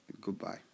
Goodbye